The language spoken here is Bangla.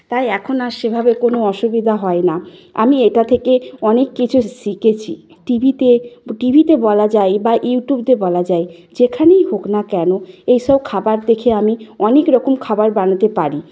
তাই এখন আর সেভাবে কোনো অসুবিধা হয় না আমি এটা থেকে অনেক কিছু শিখেছি টিভিতে টিভিতে বলা যায় বা ইউট্যুবতে বলা যায় যেখানেই হোক না কেন এইসব খাবার দেখে আমি অনেক রকম খাবার বানাতে পারি